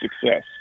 success